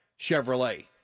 Chevrolet